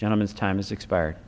gentlemens time has expired